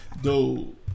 Dude